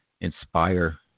inspire